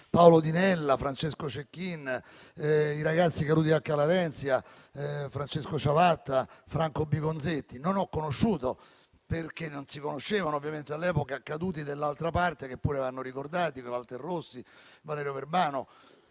Paolo Di Nella, Francesco Cecchin, i ragazzi caduti ad Acca Larenzia, Francesco Ciavatta, Franco Bigonzetti. Non ho conosciuto - perché non si conoscevano ovviamente all'epoca - i caduti dell'altra parte, che pure vanno ricordati, come Walter Rossi e Valerio Verbano,